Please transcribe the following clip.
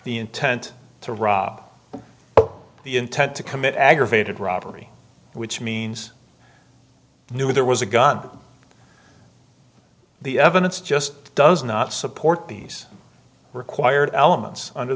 the intent to rob the intent to commit aggravated robbery which means knew there was a gun but the evidence just does not support these required elements under